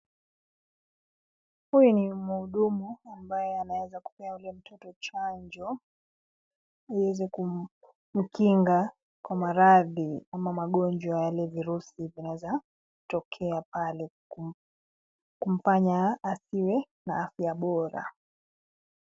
Huyu ni mhudumu ambaye anaweza kupea yule mtoto chanjo ili kumkinga kwa maradhi ama magonjwa ya yale virusi yaeza tokea pale kumfanya asiwe na afya bora.